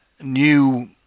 new